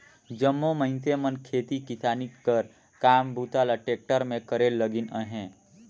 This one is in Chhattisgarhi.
जम्मो मइनसे मन खेती किसानी कर काम बूता ल टेक्टर मे करे लगिन अहे